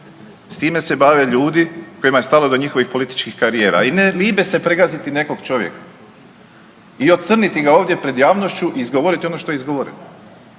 S time se bave ljudi kojima je stalo do njihovih političkih karijera, a i ne libe se pregaziti nekog čovjeka i ocrniti ga ovdje pred javnošću i izgovoriti ono što je izgovoreno,